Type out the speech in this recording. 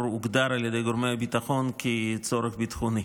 הוגדר על ידי גורמי הביטחון כצורך ביטחוני.